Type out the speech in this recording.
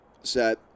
set